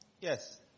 Yes